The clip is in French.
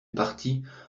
partit